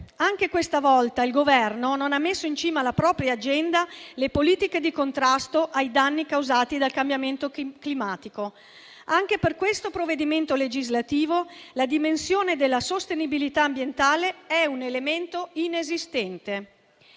Anche questa volta, il Governo non ha messo in cima alla propria agenda le politiche di contrasto ai danni causati dal cambiamento climatico. Anche per questo provvedimento legislativo la dimensione della sostenibilità ambientale è un elemento inesistente.